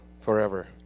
forever